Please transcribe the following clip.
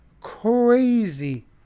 crazy